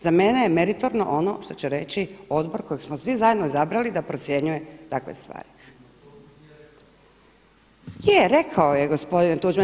Za mene je meritorno ono što će reći odbor kojega smo svi zajedno izabrali da procjenjuje takve stvari. … [[Upadica se ne razumije.]] Je, rekao je gospodin Tuđman.